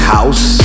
House